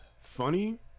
funny